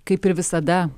kaip ir visada